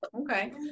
Okay